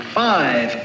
five